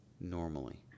normally